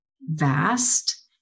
vast